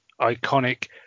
iconic